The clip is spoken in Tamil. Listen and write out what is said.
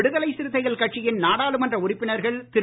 விடுதலை சிறுத்தைகள் கட்சியின் நாடாளுமன்ற உறுப்பினர்கள் திரு